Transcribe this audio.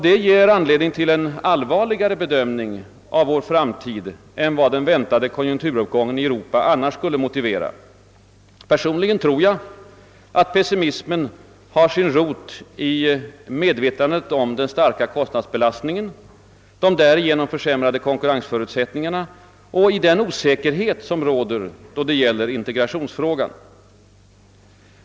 Det ger anledning till en allvarligare bedömning av vår framtid än vad den väntade konjunkturuppgången i Europa annars skulle motivera. Personligen tror jag att pessimismen har sin rot i medvetandet om den starka kostnadsbelastningen, de därigenom försämrade konkurrensförutsättningarna och i den osäkerhet som råder då det gäller integrationsfrågan.